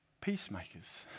peacemakers